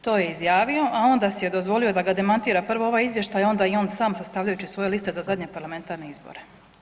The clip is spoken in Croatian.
To je izjavio, a onda si je dozvolio da ga demantira prvo ovaj izvještaj, a onda i on sam sastavljajući svoje liste za zadnje parlamentarne izbore.